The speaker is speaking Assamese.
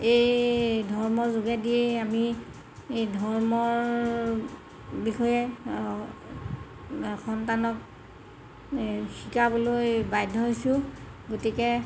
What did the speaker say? এই ধৰ্মৰ যোগেদিয়েই আমি এই ধৰ্মৰ বিষয়ে সন্তানক এই শিকাবলৈ বাধ্য হৈছোঁ গতিকে